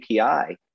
API